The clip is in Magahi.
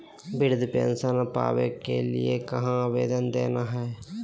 वृद्धा पेंसन पावे के लिए कहा आवेदन देना है?